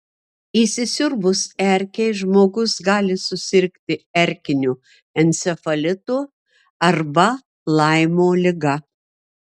įsisiurbus erkei žmogus gali susirgti erkiniu encefalitu arba laimo liga